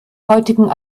heutigen